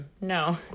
No